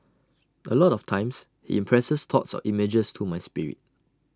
A lot of times he impresses thoughts or images to my spirit